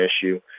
issue